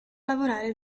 lavorare